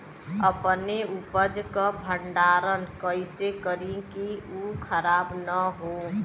अपने उपज क भंडारन कइसे करीं कि उ खराब न हो?